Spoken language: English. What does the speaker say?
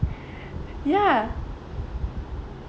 ya